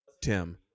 Tim